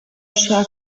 osoa